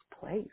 place